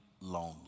lonely